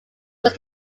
was